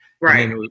Right